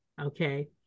okay